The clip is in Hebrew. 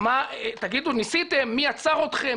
תגידו: ניסתם, מי עצר אתכם?